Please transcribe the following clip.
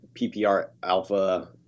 PPR-alpha